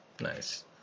Nice